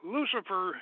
Lucifer